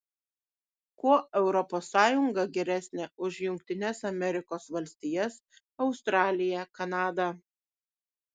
kuo europos sąjunga geresnė už jungtines amerikos valstijas australiją kanadą